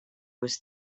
was